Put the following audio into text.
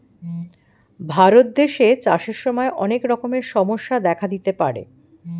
ভারত দেশে চাষের সময় অনেক রকমের সমস্যা দেখা দিতে পারে